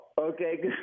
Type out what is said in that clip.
Okay